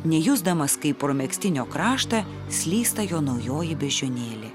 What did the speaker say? nejusdamas kaip pro megztinio kraštą slysta jo naujoji beždžionėlė